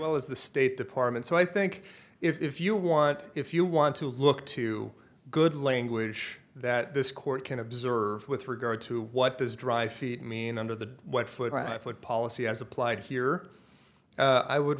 well as the state department so i think if you want if you want to look to good language that this court can observe with regard to what does drive feet mean under the what foot on foot policy as applied here i would